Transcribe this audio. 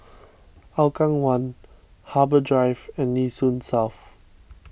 Hougang one Harbour Drive and Nee Soon South